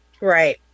Right